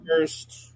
first